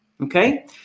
Okay